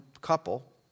couple